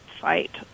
fight